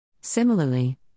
Similarly